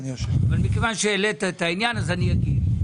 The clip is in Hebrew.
אבל מכיוון שהעלית את העניין אז אני אגיד,